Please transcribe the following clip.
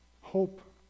Hope